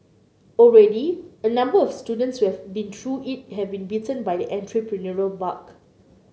already a number of students who have been through it have been bitten by the entrepreneurial bug